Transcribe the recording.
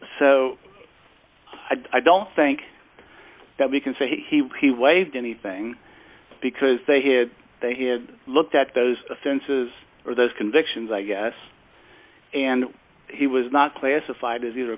so i don't think that we can say he he waived anything because they had they had looked at those offenses or those convictions i guess and he was not classified as either